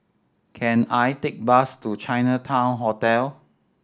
can I take bus to Chinatown Hotel